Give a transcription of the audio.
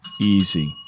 easy